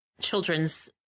Children's